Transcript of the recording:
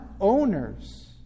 owners